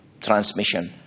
transmission